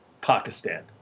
Pakistan